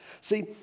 See